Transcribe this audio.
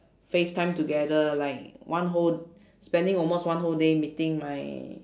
face time together like one whole spending almost one whole day meeting my